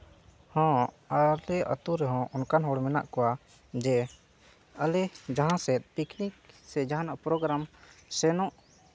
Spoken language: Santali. ᱦᱚᱸ ᱟᱞᱮ ᱟᱛᱳ ᱨᱮᱦᱚᱸ ᱚᱱᱠᱟᱱ ᱦᱚᱲ ᱢᱮᱱᱟᱜ ᱠᱚᱣᱟ ᱡᱮ ᱟᱞᱮ ᱡᱟᱦᱟᱸ ᱥᱮᱫ ᱯᱤᱠᱱᱤᱠ ᱥᱮ ᱡᱟᱦᱟᱱᱟᱜ ᱯᱨᱳᱜᱨᱟᱢ ᱥᱮᱱᱚᱜ